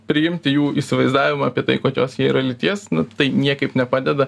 priimti jų įsivaizdavimą apie tai kokios jie yra lyties nu tai niekaip nepadeda